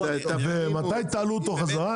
ומתי תעלו אותו חזרה?